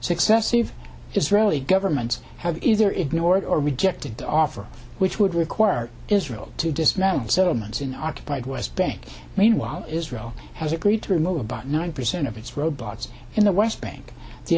successive israeli governments have either ignored or rejected the offer which would require israel to dismantle settlements in occupied west bank meanwhile israel has agreed to remove about nine percent of its robots in the west bank the